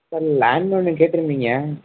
sir land ஒன்று கேட்டிருந்திங்க